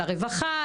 לרווחה,